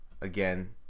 again